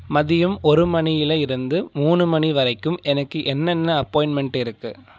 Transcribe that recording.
மதியம் ஒரு மணியில் இருந்து மூணு மணி வரைக்கும் எனக்கு என்னென்ன அப்பாய்ன்மெண்ட் இருக்கு